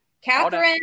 Catherine